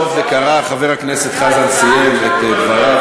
בסוף זה קרה, חבר הכנסת חזן סיים את דבריו.